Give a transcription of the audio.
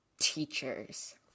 teachers